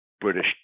British